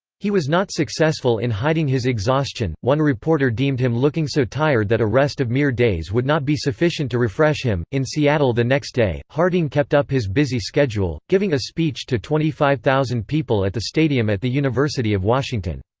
he was not successful in hiding his exhaustion one reporter deemed him looking so tired that a rest of mere days would not be sufficient to refresh him in seattle the next day, harding kept up his busy schedule, giving a speech to twenty five thousand people at the stadium at the university of washington.